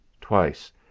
twice